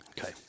Okay